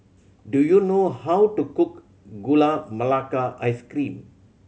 do you know how to cook Gula Melaka Ice Cream